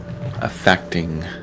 affecting